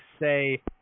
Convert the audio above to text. say